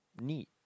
Neat